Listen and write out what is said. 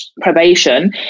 probation